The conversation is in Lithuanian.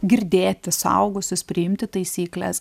girdėti suaugusius priimti taisykles